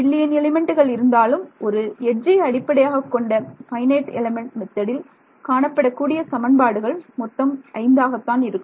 million எலிமெண்ட்டுகள் இருந்தாலும் ஒரு எட்ஜை அடிப்படையாகக்கொண்ட FEMல் காணப்படக்கூடிய சமன்பாடுகள் மொத்தம் 5 ஆகத்தான் இருக்கும்